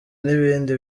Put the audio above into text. n’ibindi